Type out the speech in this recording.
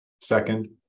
Second